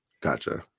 Gotcha